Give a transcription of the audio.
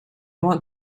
want